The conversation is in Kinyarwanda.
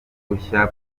bushya